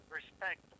respect